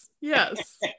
Yes